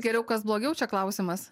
geriau kas blogiau čia klausimas